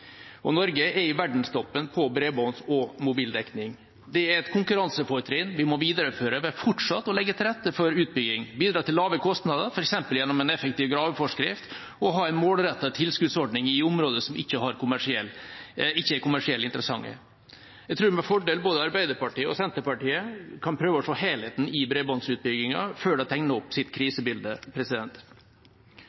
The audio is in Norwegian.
og Norge er i verdenstoppen på bredbånds- og mobildekning. Det er et konkurransefortrinn vi må videreføre ved fortsatt å legge til rette for utbygging, bidra til lave kostnader, f.eks. gjennom en effektiv graveforskrift, og ha en målrettet tilskuddsordning i områder som ikke er kommersielt interessante. Jeg tror med fordel både Arbeiderpartiet og Senterpartiet kan prøve å se helheten i bredbåndsutbyggingen før de tegner opp sitt